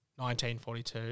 1942